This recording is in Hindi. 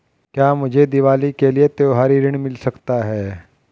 क्या मुझे दीवाली के लिए त्यौहारी ऋण मिल सकता है?